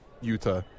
Utah